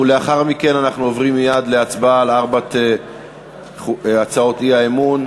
ולאחר מכן אנחנו עוברים מייד להצבעה על ארבע הצעות האי-אמון.